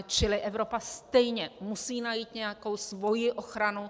Čili Evropa stejně musí najít nějakou svoji ochranu.